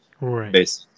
Right